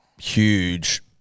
huge